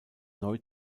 neu